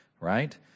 right